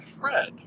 Fred